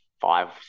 five